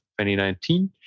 2019